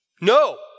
No